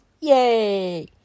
Yay